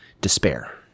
despair